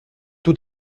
tout